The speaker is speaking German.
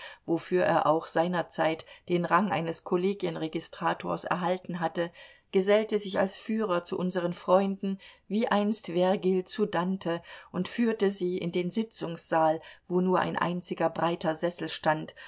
wofür er auch seinerzeit den rang eines kollegienregistrators erhalten hatte gesellte sich als führer zu unseren freunden wie einst vergil zu dante und führte sie in den sitzungssaal wo nur ein einziger breiter sessel stand